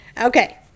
Okay